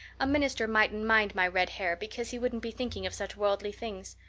a minister mightn't mind my red hair because he wouldn't be thinking of such worldly things.